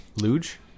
luge